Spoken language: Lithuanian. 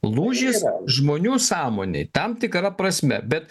lūžis žmonių sąmonėj tam tikra prasme bet